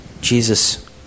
Jesus